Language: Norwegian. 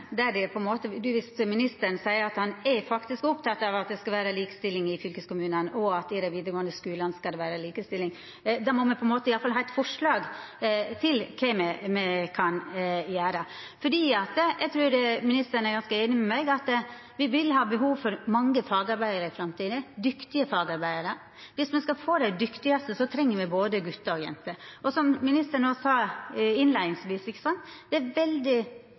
ministeren seier at han faktisk er oppteken av at det skal vera likestilling i fylkeskommunane, og at det skal vera likestilling i dei vidaregåande skulane, må me ha eit forslag til kva me kan gjera. For eg trur ministeren er ganske einig med meg i at me vil ha behov for mange fagarbeidarar i framtida, dyktige fagarbeidarar. Viss me skal få dei dyktigaste, treng me både gutar og jenter. Og som ministeren òg sa som innleiing, tek ein veldig